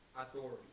Authority